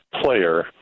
player